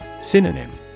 Synonym